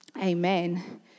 amen